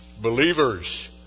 believers